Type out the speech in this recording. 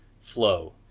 flow